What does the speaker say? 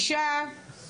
בסעיף (4)